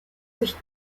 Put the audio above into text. sich